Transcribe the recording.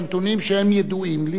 שהם ידועים לי,